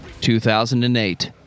2008